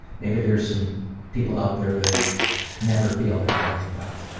maybe there are some people out there that never feel that way, but